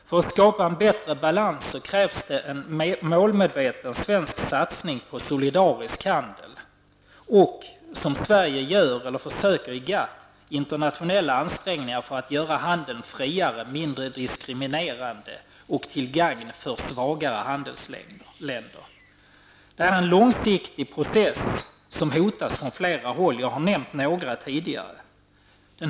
För att skapa en bättre balans krävs en målmedveten svensk satsning på solidarisk handel och, som Sverige försöker göra i GATT, internationella ansträngningar för att göra handeln friare, och mindre diskriminerande för ''svaga'' Det här är en långsiktig process som hotas från flera håll. Jag har tidigare nämnt några av dem.